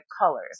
colors